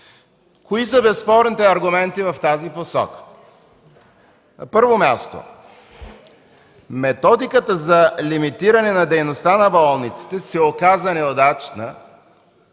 Кои са безспорните аргументи в тази посока? На първо място, методиката за лимитиране на дейността на болниците се оказа неудачна